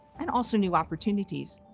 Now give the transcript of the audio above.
and also new opportunities.